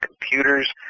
computers